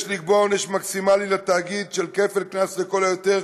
יש לקבוע עונש מקסימלי לתאגיד של כפל קנס לכל היותר,